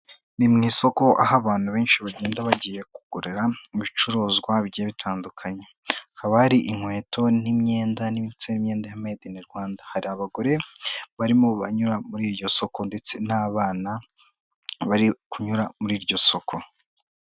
Ni mu isoko aho abantu benshi bagenda bagiye kugurira bicuruzwa bigiye bitandukanye. Hakaba hari inkweto n'imyenda ndetse imyenda yanditseho meyide ini Rwanda. Hari abagore barimo banyura muri iryo soko ndetse n'abana bari kunyura muri iryo soko.